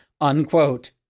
unquote